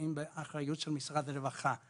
שנמצאים באחריות של משרד הרווחה,